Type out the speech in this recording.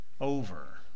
over